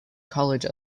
college